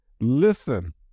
Listen